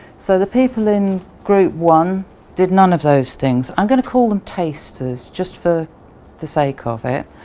so the people in group one did none of those things. i'm gonna call them tasters just for the sake of it.